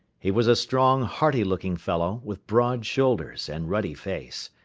he was a strong, hearty-looking fellow, with broad shoulders and ruddy face,